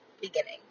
beginning